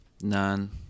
None